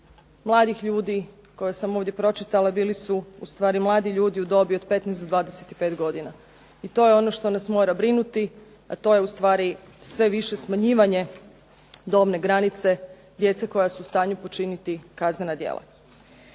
mladih ljudi koje sam ovdje pročitala bili su ustvari mladi ljudi u dobi od 15 do 25 godina. I to je ono što nas mora brinuti, a to je ustvari sve više smanjivanje dobne granice djece koja su u stanju počiniti kaznena djela.